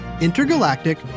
Intergalactic